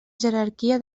jerarquia